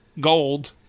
gold